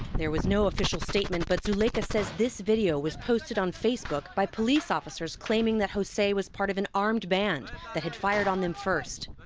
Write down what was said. there was no official statement, but zuleica says this video was posted on facebook by police officers claiming that jose was part of an armed band that had fired on them first.